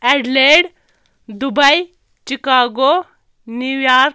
Adelaide Dubai Chicago New York